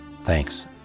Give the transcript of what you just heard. Thanks